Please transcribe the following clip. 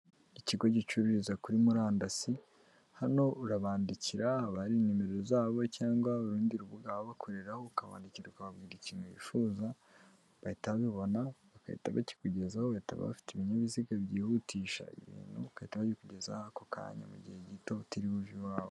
Ikigo gicururiza kuri murandasi, hano urabandikira haba hari nimero zabo cyangwa urundi rubuga baba bakoreraho, ukabandikira ukababwira ikintu wifuza, bahita babibona bagahita bakikugezaho, baba bafite ibinyabiziga byihutisha ibintu, bagahita babikugeza mu kanya gato, utiriwe uva iwawe.